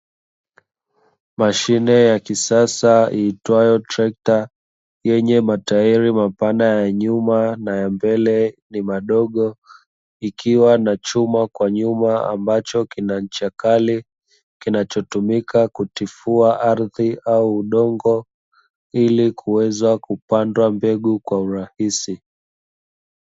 Mashine ya kisasa itwayo trekta, yenye matairi mapana kwa nyuma na ya mbele ni madogo ikiwa na chuma kwa nyuma chenye ncha kali, kinachotumika kutifua ardhi au udongo ili kuweza kupanda ardhi kwa urahisi.